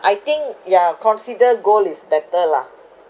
I think yeah consider gold is better lah